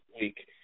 week